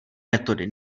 metody